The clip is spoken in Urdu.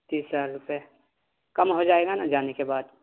تیس ہزار روپیے کم ہو جائے گا نا جانے کے بعد